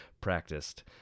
practiced